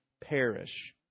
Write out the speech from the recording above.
perish